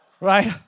Right